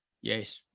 Yes